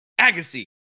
Agassi